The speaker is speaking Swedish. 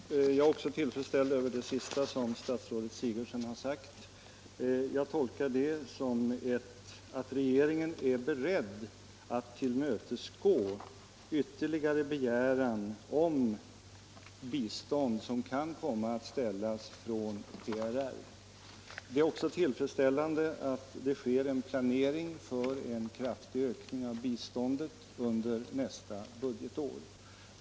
Herr talman! Jag är också tillfredsställd med det sista som statsrådet Sigurdsen har sagt. Jag tolkar det så att regeringen är beredd att tillmötesgå de ytterligare framställningar om bistånd som kan komma att göras från PRR. Det är också tillfredsställande att det sker en planering för en kraftig ökning av biståndet under nästa budgetår.